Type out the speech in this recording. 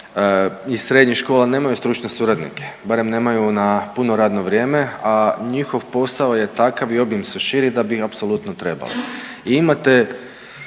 i srednjih škola nemaju stručne suradnike, barem nemaju na puno radno vrijeme, a njih posao je takav i obim se širi da bi apsolutno trebao.